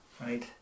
right